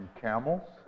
camels